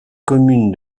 commune